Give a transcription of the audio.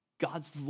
God's